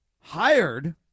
hired